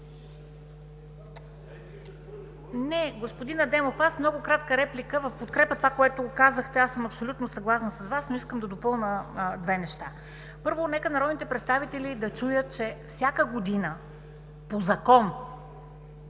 Не, господин Адемов. Аз имам много кратка реплика в подкрепа на това, което казахте. Аз съм абсолютно съгласна с Вас, но искам да допълня две неща. Първо, нека народните представители да чуят, че всяка година по закон,